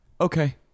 okay